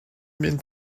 mynd